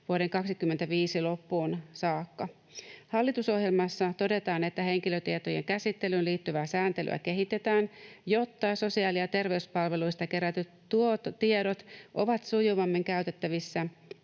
vuoden loppuun 2025 saakka. Hallitusohjelmassa todetaan, että henkilötietojen käsittelyyn liittyvää sääntelyä kehitetään, jotta sosiaali- ja terveyspalveluista kerätyt tiedot ovat sujuvammin käytettävissä